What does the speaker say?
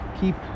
keep